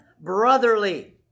Brotherly